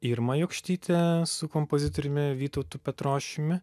irma jokštytė su kompozitoriumi vytautu petrošiumi